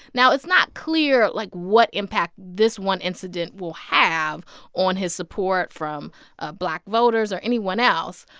now, it's not clear, like, what impact this one incident will have on his support from ah black voters or anyone else.